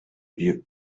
lieu